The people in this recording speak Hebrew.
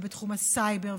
ובתחום הסייבר,